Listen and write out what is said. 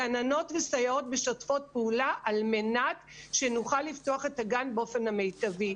גננות וסייעות משתפות פעולה על מנת שנוכל לפתוח את הגן באופן המיטבי.